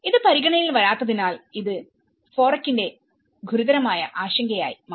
ഇത് പരിഗണനയിൽ വരാത്തതിനാൽ ഇത് ഫോറെക്കിന്റെ ഗുരുതരമായ ആശങ്കയായി മാറി